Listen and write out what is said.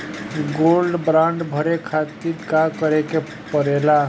Gold bond भरे खातिर का करेके पड़ेला?